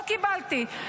לא קיבלתי.